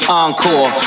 encore